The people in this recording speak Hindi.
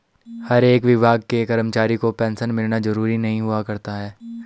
हर एक विभाग के कर्मचारी को पेन्शन मिलना जरूरी नहीं हुआ करता है